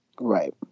right